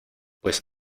pues